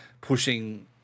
pushing